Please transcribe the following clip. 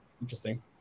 interesting